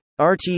RT